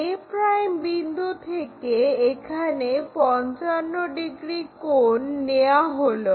a' বিন্দু থেকে এখানে 55 ডিগ্রী কোণ নেওয়া হলো